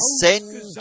send